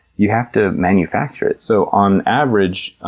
you have to manufacture it. so on average,